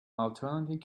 alternating